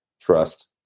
trust